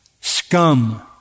scum